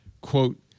quote